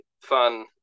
fun